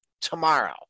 Tomorrow